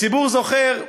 הציבור זוכר,